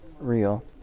real